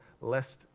lest